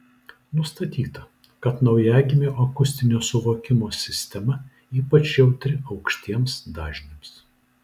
nustatyta kad naujagimio akustinio suvokimo sistema ypač jautri aukštiems dažniams